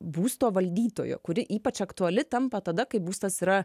būsto valdytojo kuri ypač aktuali tampa tada kai būstas yra